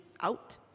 out